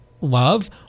love